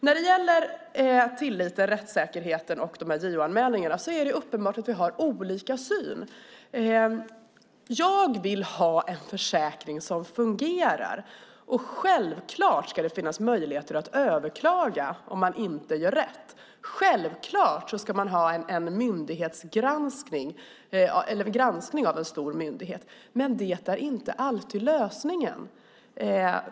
När det gäller tilliten, rättssäkerheten och JO-anmälningarna är det uppenbart att vi har olika syn. Jag vill ha en försäkring som fungerar. Självklart ska det finnas möjlighet att överklaga om det inte blir rätt. Givetvis ska man ha en granskning av en stor myndighet, men det är inte alltid lösningen.